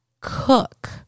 cook